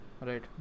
Right